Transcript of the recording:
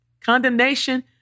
Condemnation